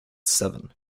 seven